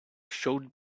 showed